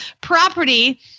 property